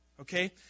Okay